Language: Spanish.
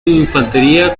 infantería